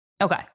Okay